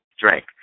drink